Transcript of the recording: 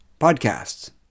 podcasts